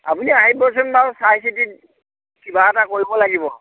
আপুনি আহিবচোন বাৰু চাই চিটি কিবা এটা কৰিব লাগিব